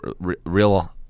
real